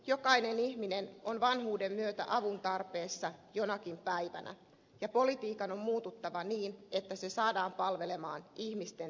jokainen ihminen on vanhuuden myötä avun tarpeessa jonakin päivänä ja politiikan on muututtava niin että se saadaan palvelemaan ihmisten tarpeita